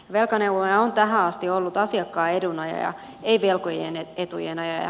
velkaneuvoja on tähän asti ollut asiakkaan edun ajaja ei velkojien etujen ajaja